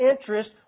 interest